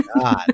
god